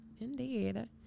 Indeed